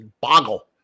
boggle